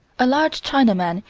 a large chinaman,